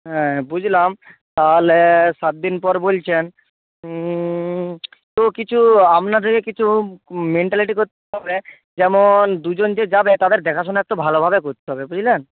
হ্যাঁ বুঝলাম তাহলে সাত দিন পর বলছেন তো কিছু আপনাদেরকে কিছু মেন্টালিটি করতে হবে যেমন দুজন যে যাবে তাদের দেখাশুনা একটু ভালোভাবে করতে হবে বুঝলেন